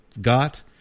got